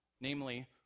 namely